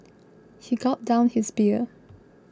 he gulped down his beer